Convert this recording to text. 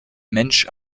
mensch